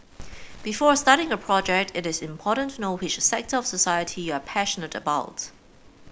before a starting her project it is important to know which sector of society you are passionate about